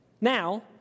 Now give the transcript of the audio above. Now